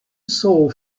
soul